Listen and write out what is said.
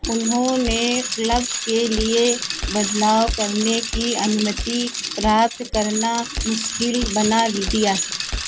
उन्होंने क्लब के लिए बदलाव करने की अनुमति प्राप्त करना मुश्किल बना दिया